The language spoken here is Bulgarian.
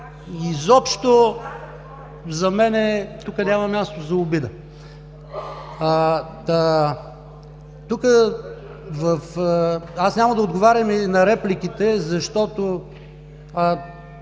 изобщо за мен тук няма място за обида. Няма да отговарям и на репликите, защото